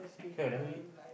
sure you let me